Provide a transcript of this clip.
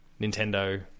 Nintendo